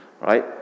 Right